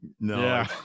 No